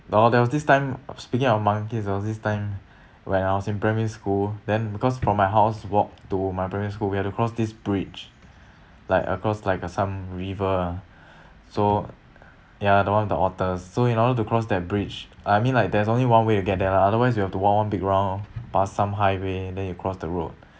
lor there was this time of speaking of monkeys there was this time when I was in primary school then because from my house walk to my primary school we have to cross this bridge like across like a some river ah so ya the one with the otters so in order to cross that bridge I mean like there's only one way to get there lah otherwise you have to walk one big round pass some highway then you cross the road